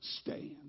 stand